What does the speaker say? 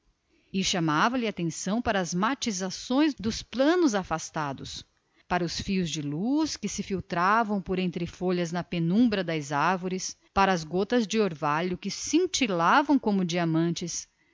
chamando a atenção desta sem despregar a vista da paisagem para o lindo efeito da luz filtrada por entre as folhas na espessura das árvores para as gotas de orvalho que cintilavam como diamantes